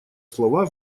слова